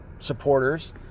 Supporters